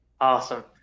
Awesome